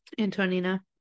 antonina